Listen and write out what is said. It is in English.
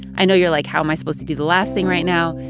i know you're like, how am i supposed to do the last thing right now?